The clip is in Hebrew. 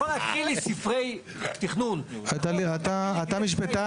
אתה יכול להקריא לי ספרי תכנון --- אתה משפטן,